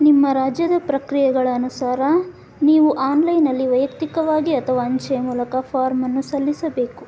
ನಿಮ್ಮ ರಾಜ್ಯದ ಪ್ರಕ್ರಿಯೆಗಳ ಅನುಸಾರ ನೀವು ಆನ್ಲೈನಲ್ಲಿ ವೈಯಕ್ತಿಕವಾಗಿ ಅಥವಾ ಅಂಚೆಯ ಮೂಲಕ ಫಾರ್ಮನ್ನು ಸಲ್ಲಿಸಬೇಕು